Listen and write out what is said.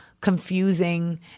confusing